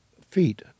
feet